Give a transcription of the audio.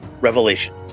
revelation